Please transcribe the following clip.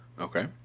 Okay